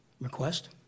request